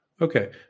Okay